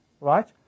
right